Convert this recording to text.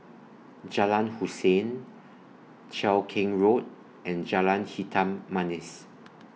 Jalan Hussein Cheow Keng Road and Jalan Hitam Manis